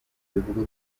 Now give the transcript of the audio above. bivugwa